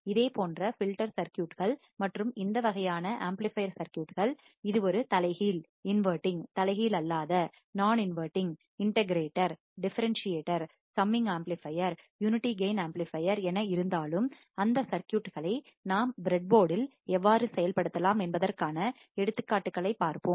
இதேபோன்ற பில்டர் சர்க்யூட்கள் மற்றும் இந்த வகையான ஆம்ப்ளிபையர் சர்க்யூட்கள் இது ஒரு தலைகீழ் இன்வடிங் தலைகீழ் அல்லாத நான் inverting integrator differentiator summing amplifier unity gain amplifier என இருந்தாலும் அந்த சர்க்யூட்களை நாம் பிரெட்போர்டில் எவ்வாறு செயல்படுத்தலாம் என்பதற்கான எடுத்துக்காட்டுகளைப் பார்ப்போம்